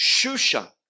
shusha